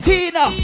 Tina